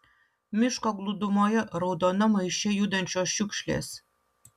miško glūdumoje raudonam maiše judančios šiukšlės